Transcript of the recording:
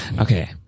Okay